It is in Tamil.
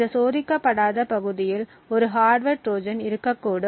இந்த சோதிக்கப்படாத பகுதியில் ஒரு ஹார்ட்வர் ட்ரோஜன் இருக்கக்கூடும்